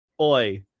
Oi